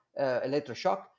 Electroshock